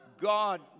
God